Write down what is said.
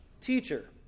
teacher